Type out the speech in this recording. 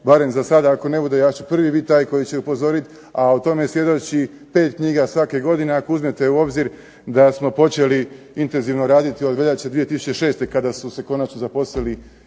Barem za sada ako ne bude ja ću prvi biti taj koji će upozoriti, a o tome svjedoči pet knjiga svake godine. Ako uzmete u obzir da smo počeli intenzivno raditi od veljače 2006. kada su se konačno zaposlili,